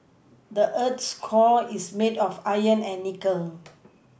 the earth's core is made of iron and nickel